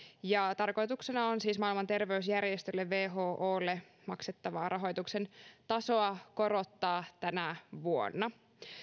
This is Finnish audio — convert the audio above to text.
ja tarkoituksena on siis maailman terveysjärjestö wholle maksettavaa rahoituksen tasoa korottaa tänä vuonna